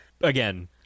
Again